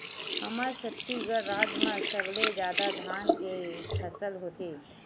हमर छत्तीसगढ़ राज म सबले जादा धान के फसल होथे